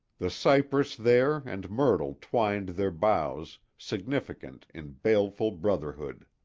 the cypress there and myrtle twined their boughs, significant, in baleful brotherhood.